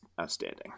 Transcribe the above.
outstanding